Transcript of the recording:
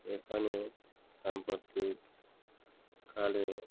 এখানে সাম্প্রতিক কালে